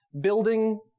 Building